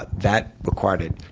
that required it.